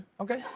okay,